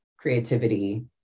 creativity